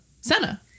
Senna